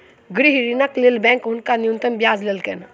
गृह ऋणक लेल बैंक हुनका न्यूनतम ब्याज लेलकैन